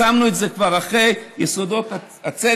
שמנו את זה כבר אחרי יסודות הצדק,